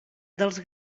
dels